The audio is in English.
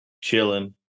chilling